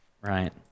Right